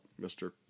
Mr